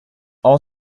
all